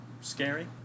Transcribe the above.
scary